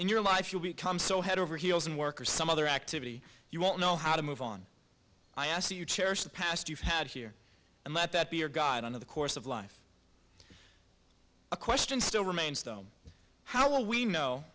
in your life you'll become so head over heels in work or some other activity you won't know how to move on i ask you cherish the past you've had here and let that be your guide under the course of life a question still remains though how will we know